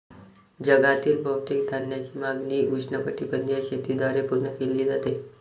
जगातील बहुतेक धान्याची मागणी उष्णकटिबंधीय शेतीद्वारे पूर्ण केली जाते